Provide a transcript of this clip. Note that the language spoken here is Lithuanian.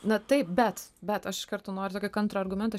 na taip bet bet aš iš karto noriu tokį kontrargumentą